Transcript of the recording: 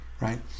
right